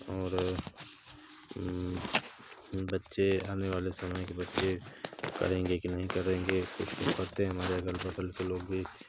और बच्चे आने वाले समय के बच्चे करेंगे की नहीं करेंगे हमारे अगल बगल के लोग भी